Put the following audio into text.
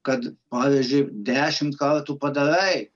kad pavyzdžiui dešimt kartų padarai